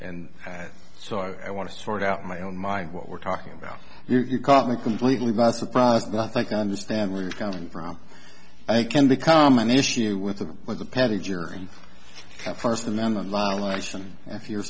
and so i want to sort out my own mind what we're talking about you caught me completely by surprise and i think i understand where you're coming from i can become an issue with the with the petit jury first amendment violation if you're